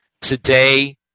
today